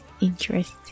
interest